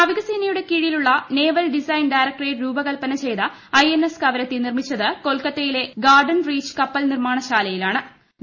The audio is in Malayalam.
നാവികസേനയുടെ കീഴിലുള്ള നേവൽ ഡിസൈൻ ഡയറക്ടറേറ്റ് രൂപകല്പന ചെയ്ത പ്പെട്ട എൻ എസ്പ് കവരത്തി നിർമ്മിച്ചത് കൊൽക്കത്തയിലെ ഗാർഡൻ റീച്ച് കപ്പൽ നിർമ്മാണ ശാലയിൽ ആണ്